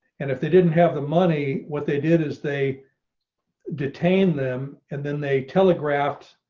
and if they didn't have the money, what they did is they detain them and then they telegraphed